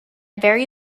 very